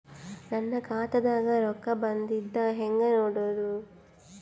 ನನ್ನ ಖಾತಾದಾಗ ರೊಕ್ಕ ಬಂದಿದ್ದ ಹೆಂಗ್ ನೋಡದು?